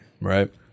Right